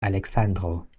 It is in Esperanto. aleksandro